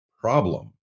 problem